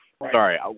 Sorry